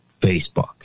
Facebook